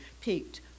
peaked